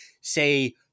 say